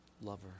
lover